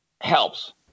helps